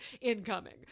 incoming